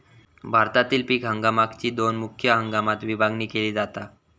भारतातील पीक हंगामाकची दोन मुख्य हंगामात विभागणी केली जाता